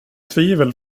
tvivel